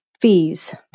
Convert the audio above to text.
fees